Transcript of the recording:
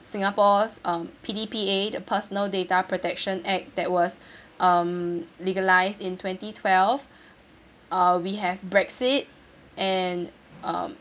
singapore's um P_D_P_A the personal data protection act that was um legalised in twenty twelve uh we have Brexit and um